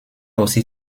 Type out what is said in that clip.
aussi